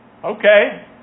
Okay